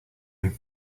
know